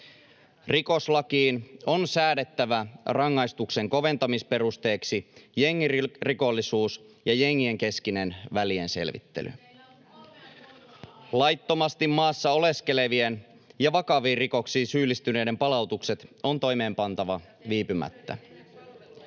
Rikoslakiin on säädettävä rangaistuksen koventamisperusteeksi jengirikollisuus ja jengien keskinen välienselvittely. [Sanna Antikainen: Teillä on ollut kolme ja puoli vuotta aikaa!] Laittomasti maassa oleskelevien ja vakaviin rikoksiin syyllistyneiden palautukset on toimeenpantava viipymättä.